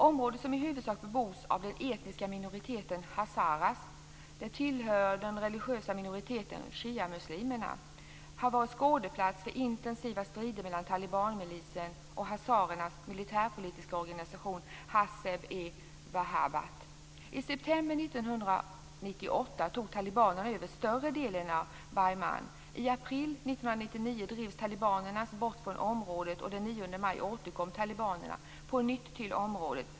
Området, som i huvudsak bebos av den etniska minoriteten hazarerna - tillhörande den religiösa minoriteten shiamuslimer - har varit skådeplats för intensiva strider mellan talibanmilisen och hazarernas militärpolitiska organisation Hezb-e I september 1998 tog talibanerna över större delen av Bamyan. I april 1999 drevs talibanerna bort från området. Den 9 maj återkom talibanerna på nytt dit.